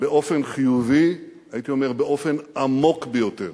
באופן חיובי, הייתי אומר, באופן עמוק ביותר.